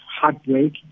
heartbreak